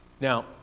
Now